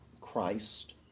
Christ